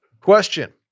Question